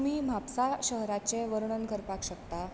तुमी म्हापसा शहराचें वर्णन करपाक शकतात